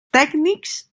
tècnics